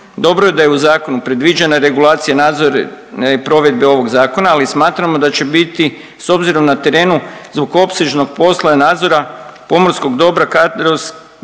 Dobro je da je u zakonu predviđena regulacija, nadzor provedbe ovog zakona, ali smatramo da će biti s obzirom na terenu zbog opsežnog posla i nadzora pomorskog dobra kadrovski